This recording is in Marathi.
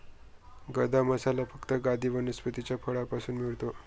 गदा मसाला फक्त मादी वनस्पतीच्या फळापासून मिळतो